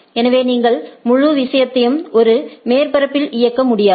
எனவே நீங்கள் முழு விஷயத்தையும் ஒரு மேற்பரப்பில் இயக்க முடியாது